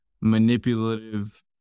manipulative